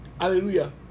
Hallelujah